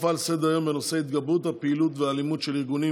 בנושא: התגברות הפעילות והאלימות של ארגונים